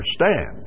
understand